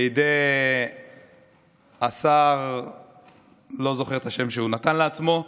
בידי השר אני לא זוכר את השם שהוא נתן לעצמו,